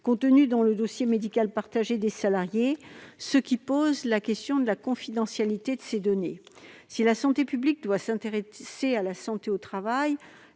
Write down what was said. contenues dans le dossier médical partagé des salariés, ce qui pose la question de la confidentialité de ces données. Si la santé publique doit s'intéresser à la santé au travail,